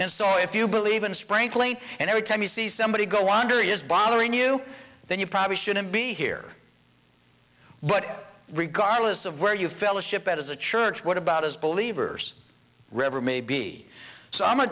and so if you believe in sprinkling and every time you see somebody go under is bothering you then you probably shouldn't be here but regardless of where you fellowship as a church what about as believers river may be so i'm a